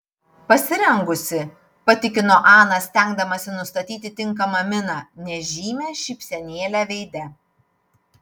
pasirengusi patikino ana stengdamasi nustatyti tinkamą miną nežymią šypsenėlę veide